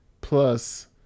plus